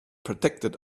protected